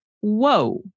whoa